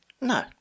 No